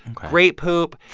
great poop,